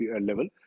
level